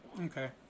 Okay